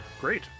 Great